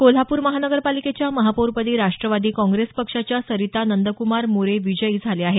कोल्हापूर महानगरपालिकेच्या महापौर पदी राष्ट्रवादी काँग्रेस पक्षाच्या सरिता नंद्क्मार मोरे विजयी झाल्या आहेत